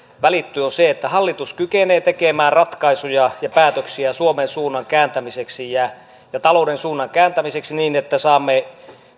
välittyy on se että hallitus kykenee tekemään ratkaisuja ja päätöksiä suomen suunnan kääntämiseksi ja ja talouden suunnan kääntämiseksi niin että saamme